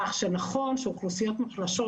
נכון שאוכלוסיות מוחלשות,